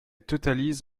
totalise